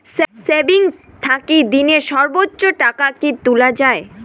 Savings থাকি দিনে সর্বোচ্চ টাকা কি তুলা য়ায়?